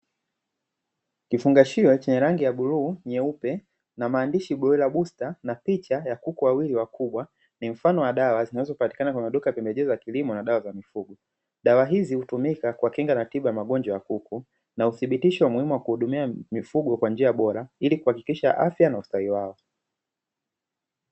Kifungashio chenye rangi la bluu, nyeupe na maandishi "Golela busta"na picha ya kuku wawili wakubwa ni mfano wa dawa zinazopatikana kwa maduka ya pembejeo za kilimo na dawa za mifugo, dawa hizi hutumika kwa kinga na tiba ya magonjwa ya kuku na huthibitishwa umuhimu wa kuhudumia mifugo kwa njia bora ili kuhakikisha afya na ustawi wao.